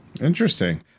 Interesting